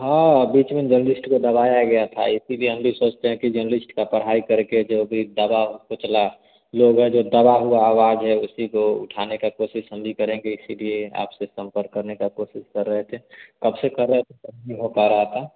हाँ बीच में जर्नलिस्ट को दबाया गया था इसी लिए हम भी सोचते हैं जर्नलिस्ट की पढ़ाई कर के जो भी दबे कुचले लोग हैं जो दबी हुई आवाज़ है उसी को उठाने की कोशिश हम भी करेंगे इसी लिए आप से संम्पर्क करने की कोशिश कर रहे थे कब से कर रहे थे नहीं हो पा रहा था